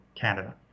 Canada